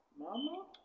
Mama